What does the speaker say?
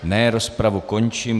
Ne, rozpravu končím.